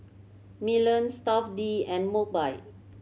Milan Stuff'd and Mobike